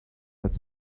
had